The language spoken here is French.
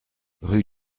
rue